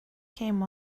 came